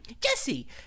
Jesse